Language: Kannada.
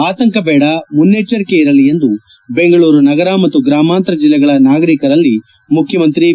ಆತಂಕ ಬೇಡ ಮುನ್ನೆಚ್ದರಿಕೆ ಇರಲಿ ಎಂದು ಬೆಂಗಳೂರು ನಗರ ಮತ್ತು ಗ್ರಾಮಾಂತರ ಬೆಲ್ಲೆಗಳ ನಾಗರಿಕರಲ್ಲಿ ಮುಖ್ಯಮಂತ್ರಿ ಬಿ